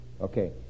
Okay